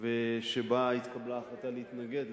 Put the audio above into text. שבה התקבלה ההחלטה להתנגד לה.